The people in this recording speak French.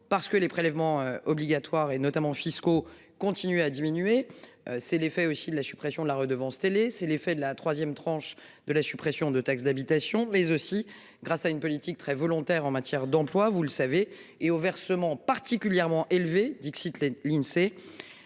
parce que les prélèvements obligatoires et notamment fiscaux, continuer à diminuer. C'est l'effet aussi de la suppression de la redevance télé. C'est l'effet de la 3ème tranche de la suppression de taxe d'habitation mais aussi grâce à une politique très volontaire en matière d'emploi, vous le savez et au versement particulièrement élevé, dixit les l'Insee.